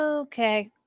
Okay